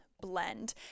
blend